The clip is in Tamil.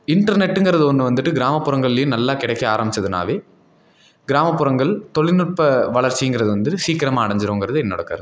இன்டெர்நெட்டுங்குறது ஒன்று வந்துட்டு கிராமப்புறங்கள்லேயும் நல்லா கிடைக்க ஆரம்பிச்சிதுனாவே கிராமப்புறங்கள் தொழில்நுட்ப வளர்ச்சிங்கிறது வந்து சீக்கிரமாக அடஞ்சிருங்குறது என்னோடய கருத்து